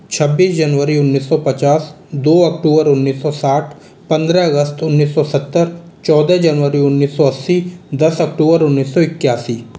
छब्बीस जनवरी उन्नीस सौ पचास दो अक्टूबर उन्नीस सौ साठ पंद्रह अगस्त उन्नीस सौ सत्तर चौदह जनवरी उन्नीस सौ अस्सी दस अक्टूबर उन्नीस सौ इक्यासी